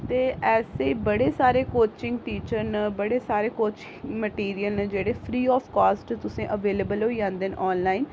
ते ऐसे बड़े सारे कोचिंग टीचर न बड़े सारे कोचिंग मटिरियल न जेह्ड़े फ्री आफ कास्ट तुसें ई अवेलेबल होई जंदे न आनलाइन